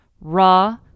Raw